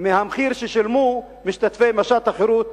גבוה מהמחיר ששילמו משתתפי משט החירות,